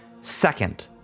Second